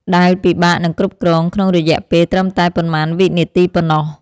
ដែលពិបាកនឹងគ្រប់គ្រងក្នុងរយៈពេលត្រឹមតែប៉ុន្មានវិនាទីប៉ុណ្ណោះ។